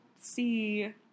see